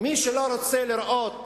מי שלא רוצה לראות